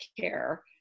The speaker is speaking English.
care